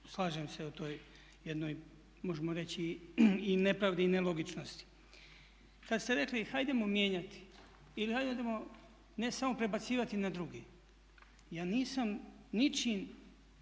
slažem se u toj jednoj, možemo reći i nepravdi i nelogičnosti. Kada ste rekli hajdemo mijenjati ili hajdemo ne samo prebacivati na drugi, ja nisam ničim